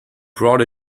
brought